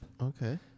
Okay